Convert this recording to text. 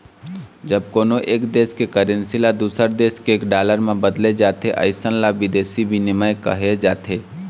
जब कोनो एक देस के करेंसी ल दूसर देस के डॉलर म बदले जाथे अइसन ल बिदेसी बिनिमय कहे जाथे